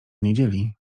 niedzieli